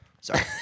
Sorry